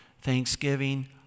Thanksgiving